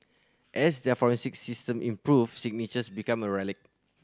as their forensic system improved signatures became a relic